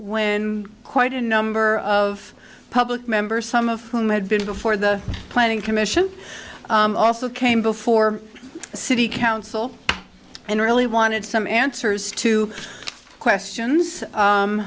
when quite a number of public members some of whom had been before the planning commission also came before the city council and really wanted some answers to questions